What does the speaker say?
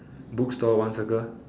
bookstore one circle